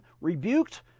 rebuked